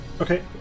Okay